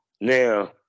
Now